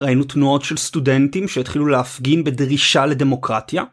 ראינו תנועות של סטודנטים שהתחילו להפגין בדרישה לדמוקרטיה